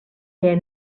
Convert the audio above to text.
què